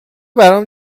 برام